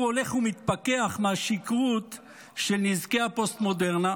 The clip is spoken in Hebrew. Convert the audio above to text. הולך ומתפכח מהשכרות של נזקי הפוסט-מודרנה?